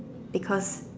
because